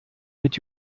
mit